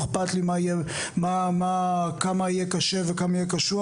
לא אכפת לי כמה יהיה קשה וכמה יהיה קשוח,